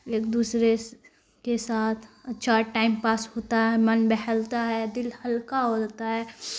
ایک دوسرے کے ساتھ اچھا ٹائم پاس ہوتا ہے من بہلتا ہے دل ہلکا ہو جتا ہے